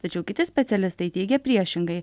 tačiau kiti specialistai teigia priešingai